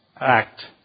act